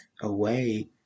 away